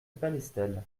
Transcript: palestel